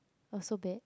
so bad